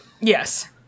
Yes